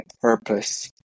purpose